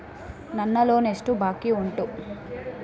ನನ್ನ ಲೋನ್ ಎಷ್ಟು ಬಾಕಿ ಉಂಟು?